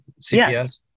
CPS